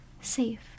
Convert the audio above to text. Safe